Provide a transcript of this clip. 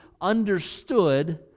understood